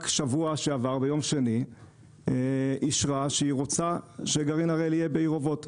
רק ביום שני בשבוע שעברה אישרה שהיא רוצה שגרעין הראל יהיה בעיר אובות.